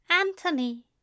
Anthony